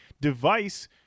Device –